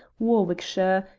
warwickshire,